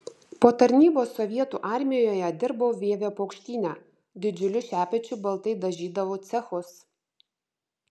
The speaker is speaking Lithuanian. po tarnybos sovietų armijoje dirbau vievio paukštyne didžiuliu šepečiu baltai dažydavau cechus